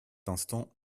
instant